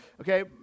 Okay